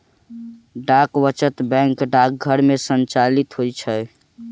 डाक वचत बैंक डाकघर मे संचालित होइत छै